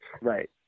Right